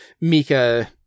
Mika